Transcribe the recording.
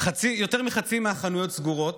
יותר מחצי מהחנויות סגורות.